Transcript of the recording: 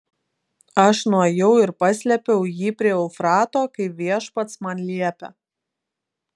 aš nuėjau ir paslėpiau jį prie eufrato kaip viešpats man liepė